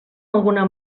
alguna